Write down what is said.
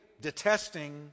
detesting